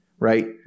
Right